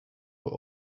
were